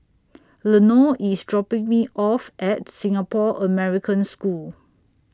Lenore IS dropping Me off At Singapore American School